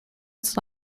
its